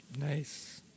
nice